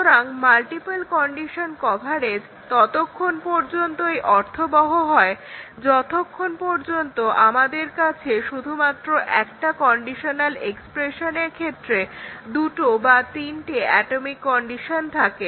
সুতরাং multiple condition coverage ততক্ষণ পর্যন্তই অর্থবহ হয় যতক্ষণ পর্যন্ত আমাদের কাছে শুধুমাত্র একটা কন্ডিশনাল এক্সপ্রেশনের ক্ষেত্রে দুটো বা তিনটে অ্যাটমিক কন্ডিশন থাকে